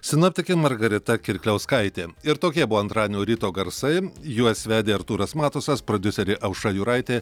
sinoptikė margarita kirkliauskaitė ir tokie buvo antradienio ryto garsai juos vedė artūras matusas prodiuserė aušra jūraitė